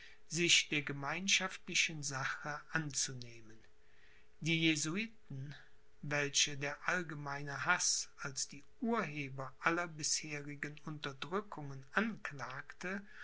sich der gemeinschaftlichen sache anzunehmen die jesuiten welche der allgemeine haß als die urheber aller bisherigen unterdrückungen anklagte